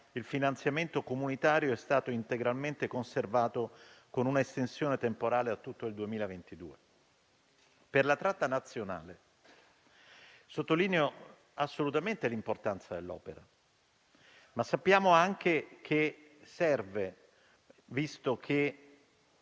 il finanziamento comunitario è stato integralmente conservato, con un'estensione temporale a tutto il 2022. Per la tratta nazionale sottolineo assolutamente l'importanza dell'opera, ma sappiamo anche che, visto che